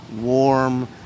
warm